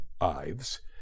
ives